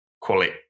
quality